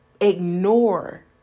ignore